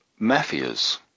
mafias